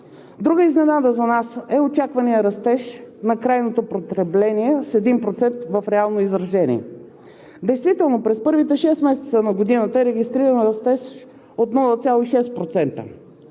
Друга изненада за нас е очакваният растеж на крайното потребление с 1% в реално изражение. Действително през първите шест месеца на годината е регистриран растеж от 0,6%